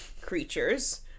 creatures